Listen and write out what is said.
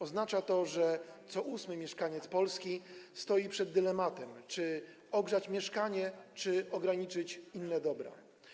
Oznacza to, że co ósmy mieszkaniec Polski stoi przed dylematem, czy ogrzać mieszkanie czy ograniczyć inne dobra.